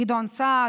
גדעון סער,